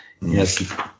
Yes